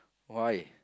why